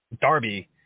darby